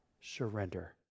Surrender